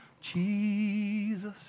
Jesus